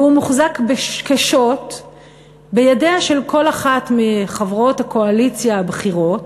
והוא מוחזק כשוט בידיה של כל אחת מחברות הקואליציה הבכירות